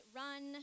run